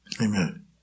Amen